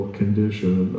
condition